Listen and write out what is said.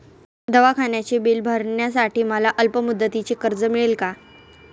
दवाखान्याचे बिल भरण्यासाठी मला अल्पमुदतीचे कर्ज मिळेल का?